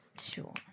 Sure